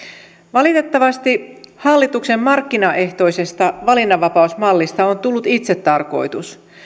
valitettavasti hallituksen markkinaehtoisesta valinnanvapausmallista on tullut itsetarkoitus